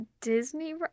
Disney